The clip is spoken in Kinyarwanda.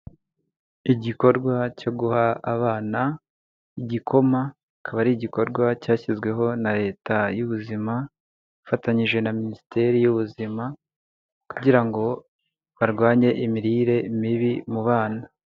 Igikorwa cyo guha abana igikoma, akaba ari igikorwa cyashyizweho na leta y'ubuzima ifatanyije na minisiteri y'ubuzima kugira ngo barwanye imirire mibi mu bana.